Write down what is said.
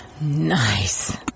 nice